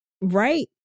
right